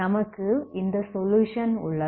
நமக்கு இந்த சொலுயுஷன் உள்ளது